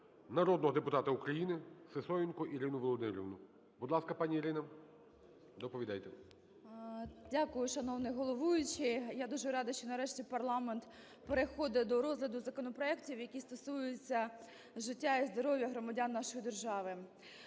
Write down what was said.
народного депутата України Сисоєнко Ірину Володимирівну. Будь ласка, пані Ірино, доповідайте. 12:37:14 СИСОЄНКО І.В. Дякую, шановний головуючий. Я дуже рада, що нарешті парламент переходить до розгляду законопроектів, які стосуються життя і здоров'я громадян нашої держави.